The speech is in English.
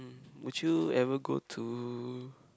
would you ever go to